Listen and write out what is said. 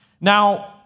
Now